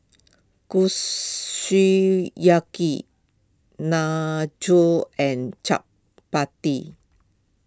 Kushiyaki Nachos and Chapati